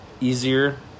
Easier